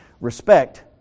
Respect